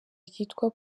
ryitwa